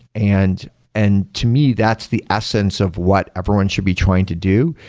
and and to me, that's the essence of what everyone should be trying to do,